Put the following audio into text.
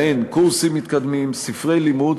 ובהן קורסים מתקדמים, ספרי לימוד,